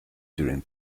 during